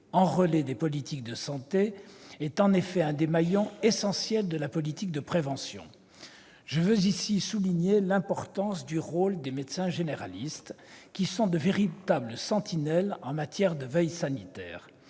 en relais des politiques de santé, est effectivement un des maillons essentiels de la politique de prévention. Je veux ici souligner l'importance du rôle des médecins généralistes, qui sont de véritables sentinelles en matière de veille sanitaire